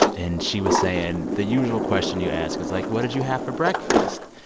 and she was saying the usual question you ask is, like, what did you have for breakfast?